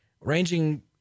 ranging